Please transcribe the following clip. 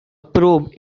probe